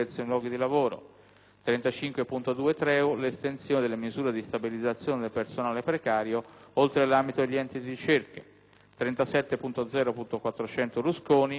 37.0.400, che propone la proroga della validità dell'abilitazione all'insegnamento conseguita dai docenti ammessi con riserva ai corsi speciali indetti dal Ministero dell'istruzione;